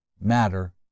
matter